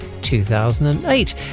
2008